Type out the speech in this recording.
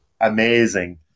amazing